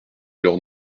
leurs